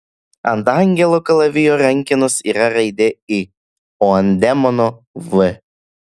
ant angelo kalavijo rankenos yra raidė i o ant demono v